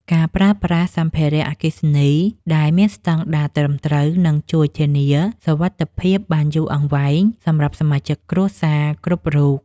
ការប្រើប្រាស់សម្ភារៈអគ្គិសនីដែលមានស្តង់ដារត្រឹមត្រូវនឹងជួយធានាសុវត្ថិភាពបានយូរអង្វែងសម្រាប់សមាជិកគ្រួសារគ្រប់រូប។